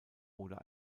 oder